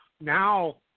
now